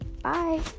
Bye